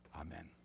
Amen